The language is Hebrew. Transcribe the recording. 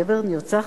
גבר נרצח,